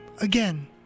again